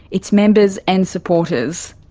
its members and supporters.